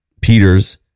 Peters